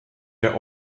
der